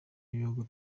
y’igihugu